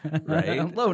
right